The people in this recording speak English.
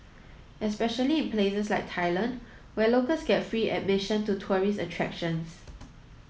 especially in places like Thailand where locals get free admission to tourist attractions